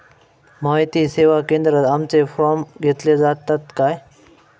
माहिती सेवा केंद्रात आमचे फॉर्म घेतले जातात काय?